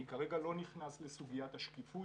אני כרגע לא נכנס לסוגיית השקיפות,